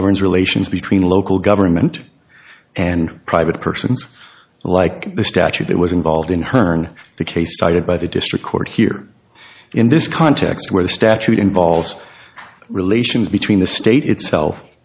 governs relations between local government and private persons like the statute that was involved in hearne the case cited by the district court here in this context where the statute involves relations between the state itself